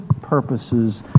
purposes